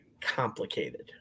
complicated